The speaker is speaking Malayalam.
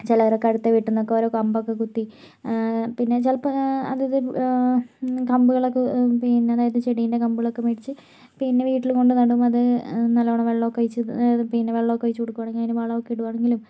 ചെലവരൊക്കെ അടുത്ത വീട്ടീന്നക്കെ ഓരോ കമ്പൊക്കെ കുത്തി പിന്നെ ചിലപ്പം അത് പിന്നെ കമ്പുകളൊക്കെ പിന്നെ അതായത് ചെടീൻ്റെ കമ്പുകളക്കെ മേടിച്ച് പിന്നെ വീട്ടില് കൊണ്ട് നടും അത് നല്ലോണം വെള്ളൊക്കെ ഒഴിച്ച് പിന്നെ വെള്ളൊക്കെ ഒഴിച്ച് കൊടുക്കുവാണെങ്കിൽ അതിന് വളം ഒക്കെ ഇടുവാണെങ്കിലും